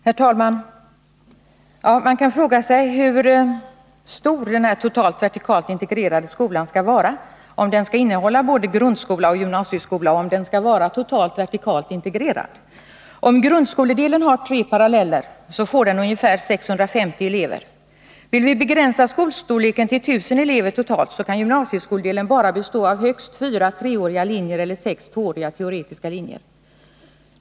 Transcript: Herr talman! Man kan fråga sig hur stor den här totalt vertikalt integrerade skolan skall vara — om den skall innefatta både grundskolan och gymnasieskolan för att vara totalt vertikalt integrerad. Om grundskoledelen har tre paralleller, får den ungefär 650 elever. Vill vi begränsa skolstorleken till 1000 elever totalt, kan ju gymnasieskolan bara bestå av högst fyra treåriga linjer eller sex tvååriga teoretiska linjer.